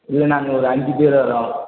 இல்லை நாங்கள் ஒரு அஞ்சுப் பேர் வர்றோம்